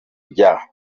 rya